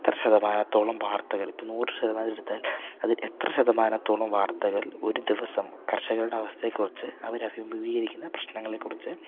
എത്ര ശതമാനത്തോളം വാർത്തകൾ ഇപ്പം നൂറ് ശതമാനം എടുത്താൽ അതിൽ എത്ര ശതമാനത്തോളം വാർത്തകൾ ഒരു ദിവസം കർഷകരുടെ അവസ്ഥയെക്കുറിച്ച് അവർ അഭിമുഖീകരിക്കുന്ന പ്രശ്നങ്ങളെക്കുറിച്ച്